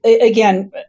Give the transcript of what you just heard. again